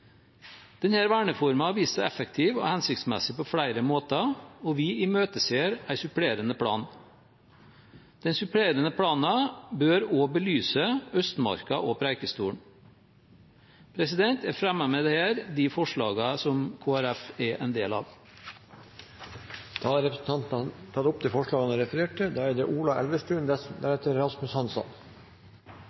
har vist seg effektiv og hensiktsmessig på flere måter, og vi imøteser en supplerende plan. Den supplerende planen bør også belyse Østmarka og Preikestolen. Jeg fremmer med dette Kristelig Folkepartis forslag. Representanten Steinar Reiten har tatt opp det